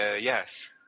yes